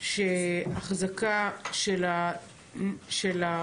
שאומרת כך: "החזקה של האקדח,